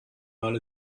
mal